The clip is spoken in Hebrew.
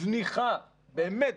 זניחה באמת,